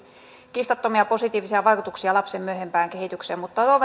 kiistattomia positiivisia vaikutuksia lapsen myöhempään kehitykseen mutta